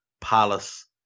Palace